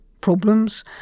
problems